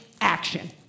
action